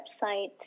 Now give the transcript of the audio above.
website